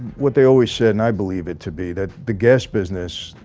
what they always said and i believe it to be that the guest business?